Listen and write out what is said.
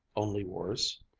only worse?